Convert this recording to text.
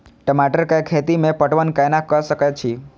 टमाटर कै खैती में पटवन कैना क सके छी?